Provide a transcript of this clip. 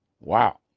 Wow